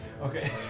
Okay